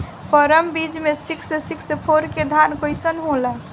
परमल बीज मे सिक्स सिक्स फोर के धान कईसन होला?